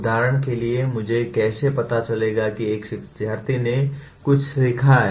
उदाहरण के लिए मुझे कैसे पता चलेगा कि एक शिक्षार्थी ने कुछ सीखा है